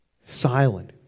silent